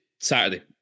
saturday